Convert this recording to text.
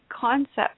concept